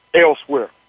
elsewhere